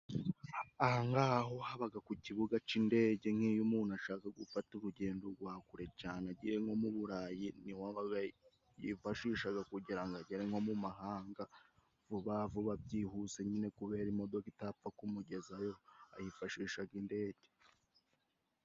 Ahangaha ho habaga ku kibuga c'indege, nk'iyo umuntu ashaka gufata urugendo gwa kure cane ,agiye nko mu burayi ,niho yifashishaga kugira agere nko mu amahanga vuba vuba byihuse ,nyine kubera imodoka itapfa kumugezayo, ayifashishaga indege.